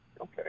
Okay